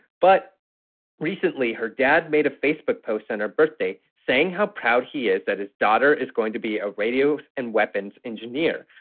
but recently, her dad made a facebook post on her birthday saying how proud he is that his daughter is going to be a radio. and weapons engineer.